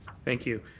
thank you,